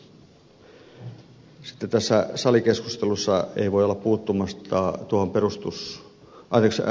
sitten tässä salikeskustelussa ei voi olla puuttumatta tuohon perussuomalaisten kantaan ed